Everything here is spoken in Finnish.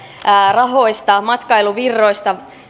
rahoista ja matkailuvirroista